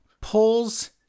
pulls